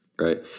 Right